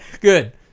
Good